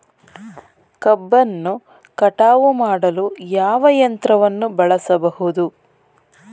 ಕಬ್ಬನ್ನು ಕಟಾವು ಮಾಡಲು ಯಾವ ಯಂತ್ರವನ್ನು ಬಳಸಬಹುದು?